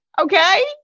Okay